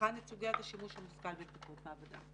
יבחן את סוגיית השימוש המושכל בבדיקות מעבדה.